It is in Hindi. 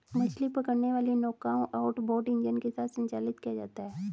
मछली पकड़ने वाली नौकाओं आउटबोर्ड इंजन के साथ संचालित किया जाता है